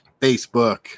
Facebook